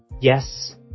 yes